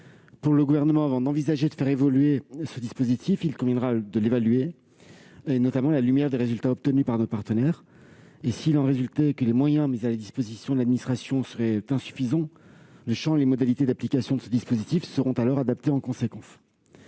Selon le Gouvernement, avant d'envisager de faire évoluer ce dispositif, il conviendra de l'évaluer, notamment à la lumière des résultats obtenus par nos partenaires. S'il s'avérait que les moyens mis à la disposition de l'administration étaient insuffisants, le champ et les modalités d'application de ce dispositif seraient alors adaptés en conséquence.